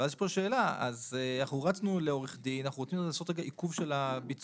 אם כן, רצנו לעורך דין, רצינו לעשות עיכוב ביצוע,